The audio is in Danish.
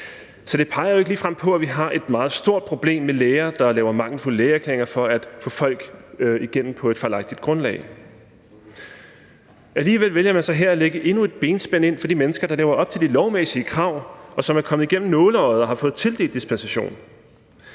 Så det peger jo ikke ligefrem på, at vi har et meget stort problem med læger, der laver mangelfulde lægeerklæringer for at få folk igennem på et fejlagtigt grundlag. Alligevel vælger man så her at lægge endnu et benspænd ind for de mennesker, der lever op til de lovmæssige krav, og som er kommet igennem nåleøjet og har fået tildelt dispensation.